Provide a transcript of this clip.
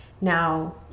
Now